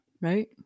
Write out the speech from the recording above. Right